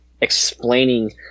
explaining